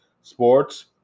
Sports